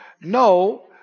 No